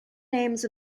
names